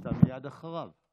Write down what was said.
אתה מייד אחריו.